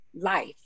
life